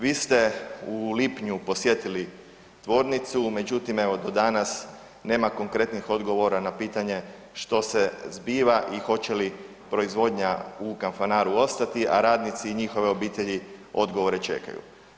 Vi ste u lipnju posjetili tvornicu međutim evo do danas nema konkretnih odgovora na pitanje što se zbiva i hoće li proizvodnja u Kanfanaru ostati, a radnici i njihove obitelji odgovore čekaju.